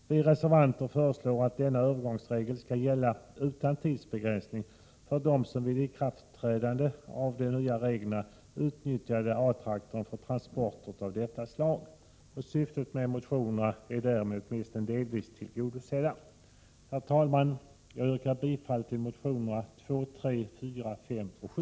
Vi reservanter föreslår att denna övergångsregel skall gälla utan tidsbegränsning för dem som vid ikraftträdandet av de nya reglerna utnyttjade A-traktorn för transporter av detta slag. Syftet med motionerna är därmed åtminstone delvis tillgodosett. Herr talman! Jag yrkar bifall till motionerna 2, 3, 4, 5 och 7.